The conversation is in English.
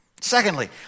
Secondly